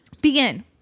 Begin